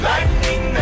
Lightning